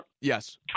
Yes